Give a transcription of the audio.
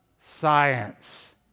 science